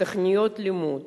תוכניות לימוד